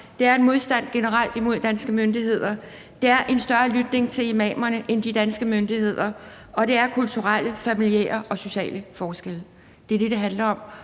Der er en modstand generelt mod danske myndigheder. Der er en større lytning til imamerne end til de danske myndigheder. Og der er kulturelle, familiære og sociale forskelle. Det er det, det handler om.